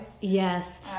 yes